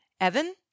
Evan